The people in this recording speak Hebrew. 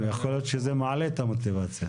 יכול להיות שזה מעלה את המוטיבציה.